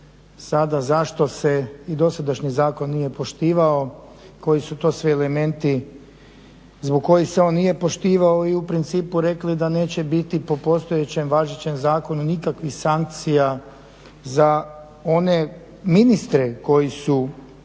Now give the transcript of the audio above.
sada zašto se i dosadašnji zakon nije poštivao, koji su to sve elementi zbog kojih se on nije poštivao i u principu rekli da neće biti po postojećem važećem zakonu nikakvih sankcija za one ministre koji su